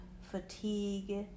fatigue